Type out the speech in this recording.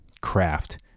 craft